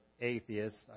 Atheists